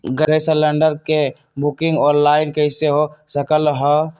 Gas cylinder के booking online कईसे हो सकलई ह?